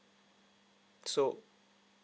so